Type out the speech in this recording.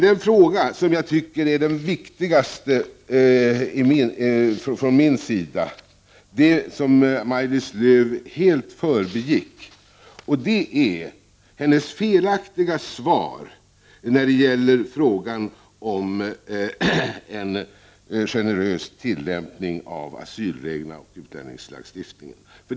Den fråga som jag anser är viktigast är den som Maj-Lis Lööw helt förbigick, nämligen hennes felaktiga svar när det gällde frågan om en generös tillämpning av asylreglerna och utlänningslagstiftningen.